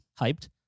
hyped